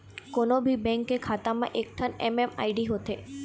कोनो भी बेंक के खाता म एकठन एम.एम.आई.डी होथे